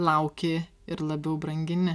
lauki ir labiau brangini